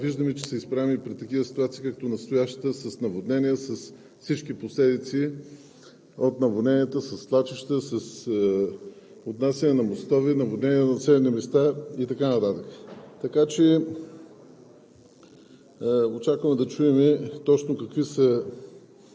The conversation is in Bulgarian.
с липсата на вода – давам пример с Перник, че и на други места, а виждаме, че сме изправени и пред такива ситуации, както настоящата с наводненията, с всички последици от това – със свлачища, с отнасяне на мостове, наводняване на населени места и така нататък. Очакваме